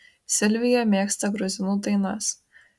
silvija mėgsta gruzinų dainas